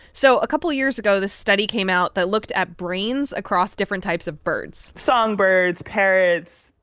so a couple of years ago, this study came out that looked at brains across different types of birds songbirds, parrots,